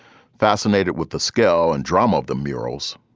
fascinated with the skill and drama of the murals,